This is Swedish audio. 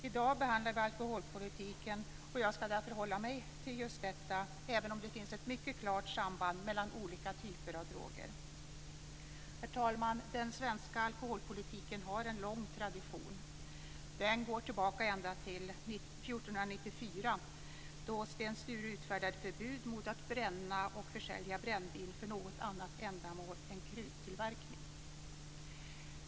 I dag behandlar vi alkoholpolitiken, och jag ska därför hålla mig till den, även om det finns ett mycket klart samband mellan olika typer av droger. Herr talman! Den svenska alkoholpolitiken har en lång tradition. Den går tillbaka ända till 1494, då Sten Sture utfärdade förbud mot att bränna och försälja brännvin för något annat ändamål än kruttillverkning!